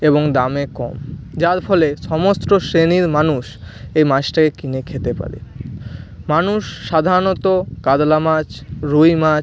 এবং দামে কম যার ফলে সমস্ত শ্রেণীর মানুষ এই মাছটাকে কিনে খেতে পারে মানুষ সাধারণত কাতলা মাছ রুই মাছ